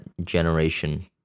generation